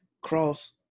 cross